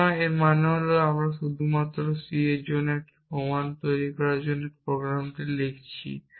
সুতরাং এর মানে হল আমরা শুধুমাত্র c এর জন্য একটি প্রমাণ তৈরি করার জন্য প্রোগ্রামটি লিখছি